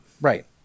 Right